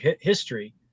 history